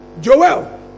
Joel